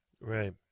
Right